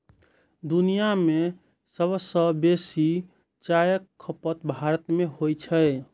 दुनिया मे सबसं बेसी चायक खपत भारत मे होइ छै